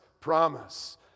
promise